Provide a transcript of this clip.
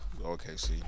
OKC